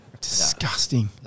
Disgusting